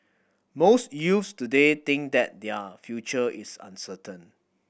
most youths today think that their future is uncertain